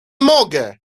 mogę